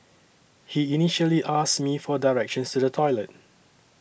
he initially asked me for directions to the toilet